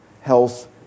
health